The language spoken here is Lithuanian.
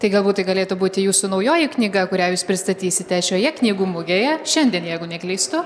tai galbūt tai galėtų būti jūsų naujoji knyga kurią jūs pristatysite šioje knygų mugėje šiandien jeigu neklystu